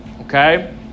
Okay